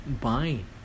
buying